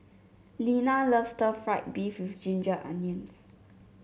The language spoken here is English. Lina loves stir fry beef with Ginger Onions